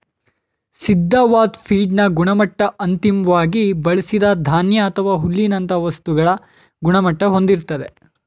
ಸಿದ್ಧವಾದ್ ಫೀಡ್ನ ಗುಣಮಟ್ಟ ಅಂತಿಮ್ವಾಗಿ ಬಳ್ಸಿದ ಧಾನ್ಯ ಅಥವಾ ಹುಲ್ಲಿನಂತ ವಸ್ತುಗಳ ಗುಣಮಟ್ಟ ಹೊಂದಿರ್ತದೆ